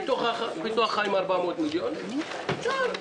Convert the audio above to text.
ביטוח חיים 400 מיליון שקל.